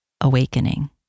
awakening